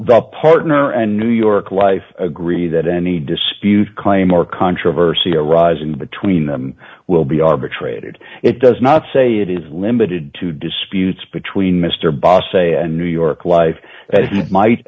the partner and new york life agree that any dispute claim or controversy arising between them will be arbitrated it does not say it is limited to disputes between mr bos say and new york life as it might